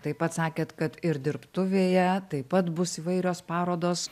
taip pat sakėt kad ir dirbtuvėje taip pat bus įvairios parodos